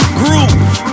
groove